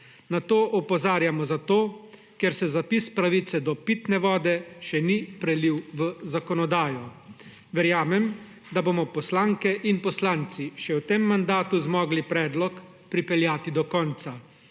Na to opozarjamo zato, ker se zapis pravice do pitne vode še ni prelil v zakonodajo. Verjamem, da bomo poslanke in poslanci še v tem mandatu zmogli predlog pripeljati do konca,